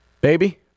baby